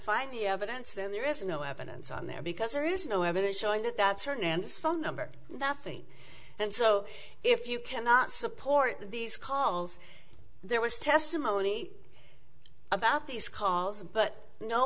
find the evidence then there is no evidence on there because there is no evidence showing that that's hernandez phone number that's the and so if you cannot support these calls there was testimony about these calls but no